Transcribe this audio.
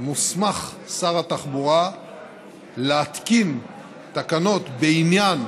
מוסמך שר התחבורה להתקין תקנות בעניין